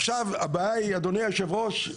עכשיו הבעיה היא אדוני יושב הראש,